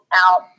out